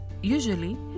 usually